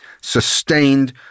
sustained